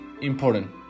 important